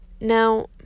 Now